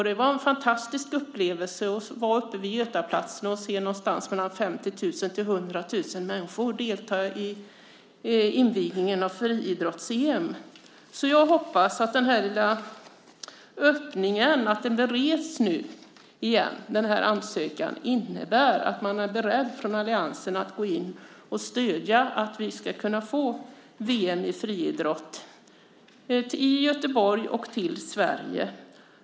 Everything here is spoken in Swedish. Det var en fantastisk upplevelse att vara uppe vid Götaplatsen och se mellan 50 000 och 100 000 människor delta i invigningen av friidrotts-EM. Jag hoppas att den här lilla öppningen att ansökan nu bereds igen innebär att man från alliansen är beredd att gå in och stödja att vi ska få VM i friidrott till Göteborg och Sverige.